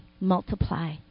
multiply